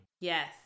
Yes